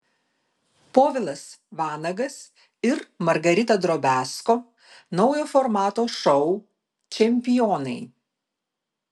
povilas vanagas ir margarita drobiazko naujo formato šou čempionai